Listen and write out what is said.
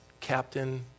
Captain